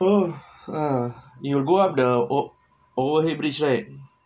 you will go up the overhead bridge right